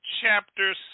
chapter